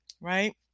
right